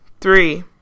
three